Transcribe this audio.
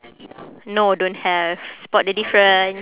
no don't have spot the different